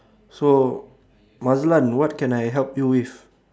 so mazlan what can I help you with